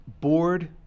board